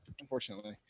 Unfortunately